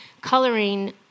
coloring